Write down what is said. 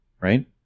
right